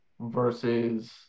versus